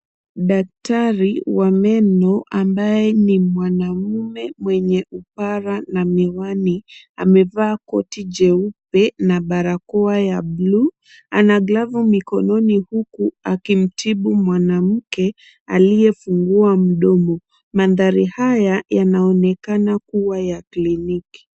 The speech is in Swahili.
Daktari wa meno ambaye ni mwanamume mwenye upara na miwani, amevaa koti jeupe na barakoa ya blue . Ana glavu mikononi huku akimtibu mwanamke aliyefungua mdomo. Mandhari haya yanaonekana kuwa ya kliniki.